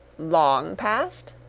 long past?